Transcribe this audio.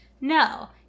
No